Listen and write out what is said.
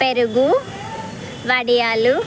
పెరుగు వడియాలు